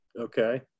Okay